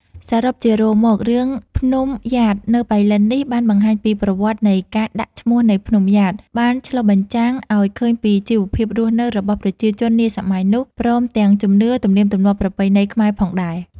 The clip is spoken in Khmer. សរុបជារួមមក រឿង ភ្នំំយ៉ាតនៅប៉ៃលិននេះបានបង្ហាញពីប្រវត្តិនៃការដាក់ឈ្មោះនៃភ្នំយ៉ាត បានឆ្លុះបញ្ចាំងឲ្យឃើញពីជីវភាពរស់នៅរបស់ប្រជាជននាសម័យនោះ ព្រមទាំងជំនឿ ទំនៀមទំម្លាប់ប្រពៃណីខ្មែរផងដែរ។